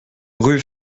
rue